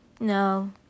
no